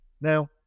Now